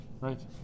Right